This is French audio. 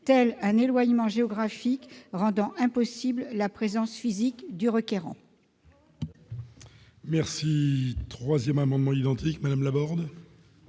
l'éloignement géographique rend impossible la présence physique du requérant.